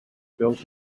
built